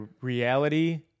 reality